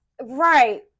right